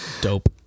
Dope